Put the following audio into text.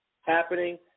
happening